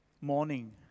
morning